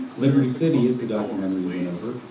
liberty city, as the documentary went over,